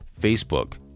Facebook